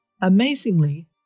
Amazingly